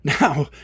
Now